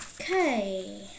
Okay